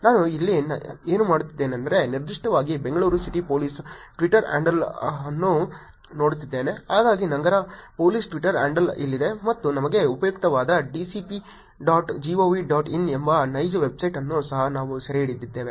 ನಾನು ಇಲ್ಲಿ ಏನು ಮಾಡುತ್ತಿದ್ದೇನೆಂದರೆ ನಿರ್ದಿಷ್ಟವಾಗಿ ಬೆಂಗಳೂರು ಸಿಟಿ ಪೊಲೀಸರ ಟ್ವಿಟರ್ ಹ್ಯಾಂಡಲ್ ಅನ್ನು ನೋಡುತ್ತಿದ್ದೇನೆ ಹಾಗಾಗಿ ನಗರ ಪೊಲೀಸ್ ಟ್ವಿಟರ್ ಹ್ಯಾಂಡಲ್ ಇಲ್ಲಿದೆ ಮತ್ತು ನಮಗೆ ಉಪಯುಕ್ತವಾದ dcp dot gov dot in ಎಂಬ ನೈಜ ವೆಬ್ಸೈಟ್ ಅನ್ನು ಸಹ ನಾವು ಸೆರೆಹಿಡಿದಿದ್ದೇವೆ